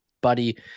buddy